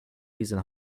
diesen